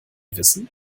wissen